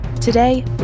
today